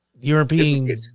European